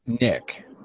Nick